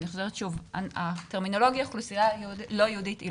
לאוכלוסייה הערבית.